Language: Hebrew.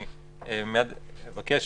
אני אבקש